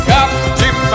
Captain